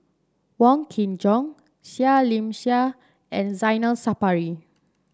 Wong Kin Jong Seah Liang Seah and Zainal Sapari